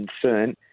concern